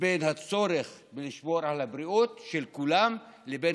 בין הצורך לשמור על הבריאות של כולם לבין